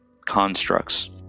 constructs